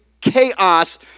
chaos